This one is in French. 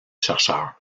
chercheurs